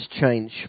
Change